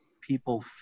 people